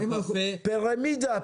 פירמידה.